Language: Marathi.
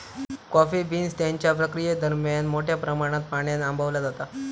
कॉफी बीन्स त्यांच्या प्रक्रियेदरम्यान मोठ्या प्रमाणात पाण्यान आंबवला जाता